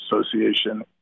Association